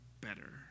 better